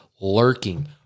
lurking